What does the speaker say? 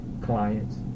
clients